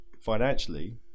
financially